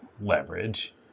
leverage